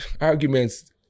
arguments